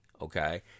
okay